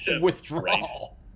withdrawal